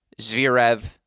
Zverev